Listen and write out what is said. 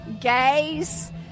gays